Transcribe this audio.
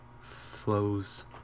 flows